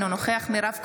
אינו נוכח מירב כהן,